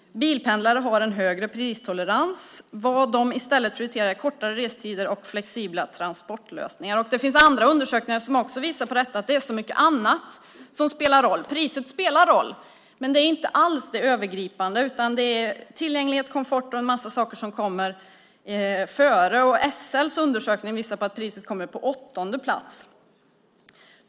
Bilpendlare har en högre pristolerans. Vad de i stället prioriterar är kortare restider och flexibla transportlösningar. Det finns andra undersökningar som också visar detta. Det är så mycket annat som spelar roll. Priset spelar roll, men det har inte alls en övergripande roll. Tillgänglighet, komfort och en massa andra saker kommer före. SL:s undersökning visar att priset kommer på åttonde plats.